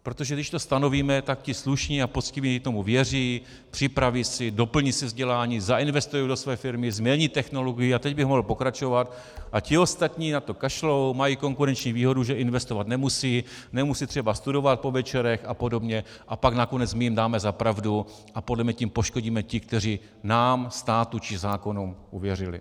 Protože když to stanovíme, tak ti slušní a poctiví tomu věří, připraví se, doplní si vzdělání, zainvestují do své firmy, změní technologii, a teď bych mohl pokračovat, a ti ostatní na to kašlou, mají konkurenční výhodu, že investovat nemusí, nemusí třeba studovat po večerech apod., a pak nakonec my jim dáme za pravdu a podle mě tím poškodíme ty, kteří nám, státu či zákonům uvěřili.